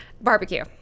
barbecue